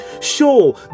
Sure